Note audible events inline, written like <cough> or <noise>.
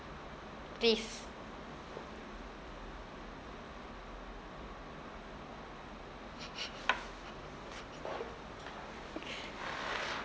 please <laughs>